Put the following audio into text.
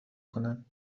کنند